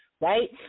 right